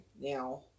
Now